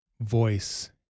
voice